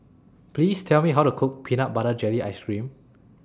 Please Tell Me How to Cook Peanut Butter Jelly Ice Cream